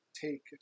take